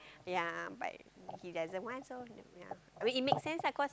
ya but he doesn't want so ya I mean it make sense ah cause